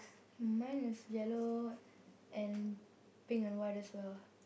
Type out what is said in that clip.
mine is yellow and pink and white as well